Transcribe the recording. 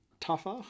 tougher